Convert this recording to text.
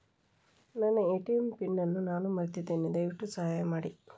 ನನ್ನ ATM PIN ಅನ್ನು ನಾನು ಮರೆತಿದ್ದೇನೆ, ದಯವಿಟ್ಟು ಸಹಾಯ ಮಾಡಿ